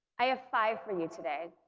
i have five for you today